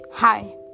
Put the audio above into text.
Hi